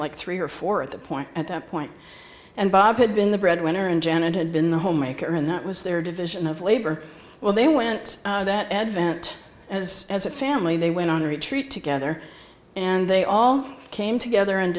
like three or four at the point at that point and bob had been the breadwinner and janet had been the homemaker and that was their division of labor well they went that advent as as a family they went on a retreat together and they all came together and